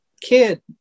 kid